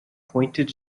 pointed